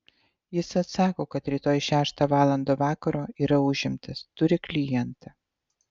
jis atsako kad rytoj šeštą valandą vakaro yra užimtas turi klientą